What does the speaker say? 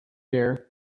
year